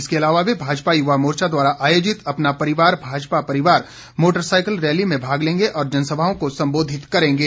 इसके अलावा वे भाजपा युवा मोर्चा द्वारा आयोजित अपना परिवार भाजपा परिवार मोटरसाइकिल रैली में भाग लेंगे और जनसभाओं को संबोधित करेंगे